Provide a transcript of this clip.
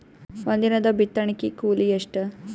ಒಂದಿನದ ಬಿತ್ತಣಕಿ ಕೂಲಿ ಎಷ್ಟ?